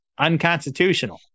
unconstitutional